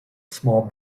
small